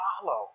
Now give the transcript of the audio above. follow